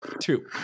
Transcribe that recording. Two